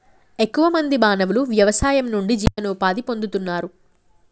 ఎక్కువ మంది మానవులు వ్యవసాయం నుండి జీవనోపాధి పొందుతున్నారు